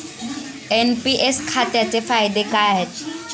NPS खात्याचे फायदे काय आहेत?